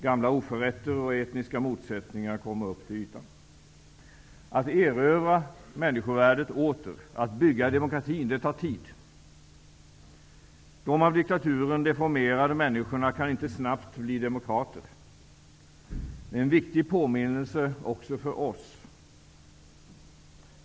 Gamla oförrätter och etniska motsättningar kommer upp till ytan. Att erövra människovärdet åter, att bygga demokratin, tar tid. De av diktaturen deformerade människorna kan inte snabbt bli demokrater. Det är en viktig påminnelse också för oss.